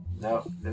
No